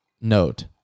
note